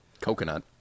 Coconut